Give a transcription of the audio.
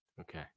Okay